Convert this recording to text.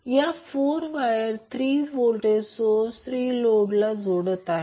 या 4 wire 3 voltage source 3 load जोडत आहेत